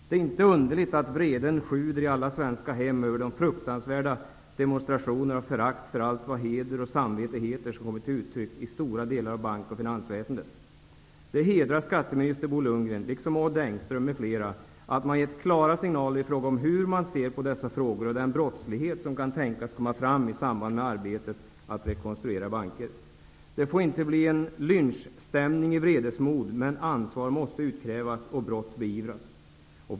Det är inte underligt att vreden sjuder i alla svenska hem över den fruktansvärda demonstration av förakt för allt vad heder och samvete heter som kommit till uttryck i stora delar av bank och finansväsendet. Det hedrar skatteminister Bo Lundgren, liksom Odd Engström m.fl., att man har gett klara signaler i fråga om hur man ser på dessa frågor och den brottslighet som kan tänkas uppdagas i samband med arbetet att rekonstruera banker. Det får inte bli en lynchstämning i vredesmod, men ansvar måste utkrävas och brott beivras.